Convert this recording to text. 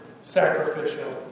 sacrificial